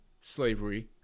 slavery